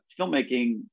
filmmaking